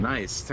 Nice